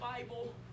Bible